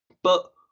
but,